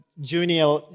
junior